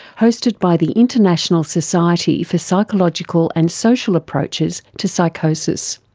hosted by the international society for psychological and social approaches to psychosis.